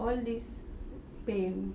all this pain